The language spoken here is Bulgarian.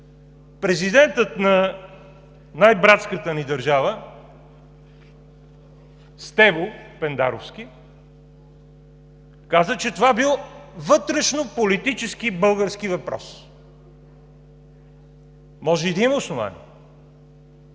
президентът на най-братската ни държава Стево Пендаровски каза, че това бил вътрешнополитически български въпрос. Може и да има основание.